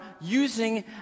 using